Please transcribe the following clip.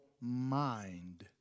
mind